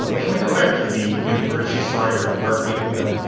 um can we go back to the university slide or where people go?